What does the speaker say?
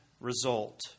result